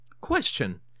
Question